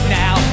now